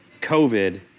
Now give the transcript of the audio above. COVID